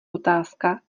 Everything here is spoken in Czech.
otázka